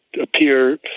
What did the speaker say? appear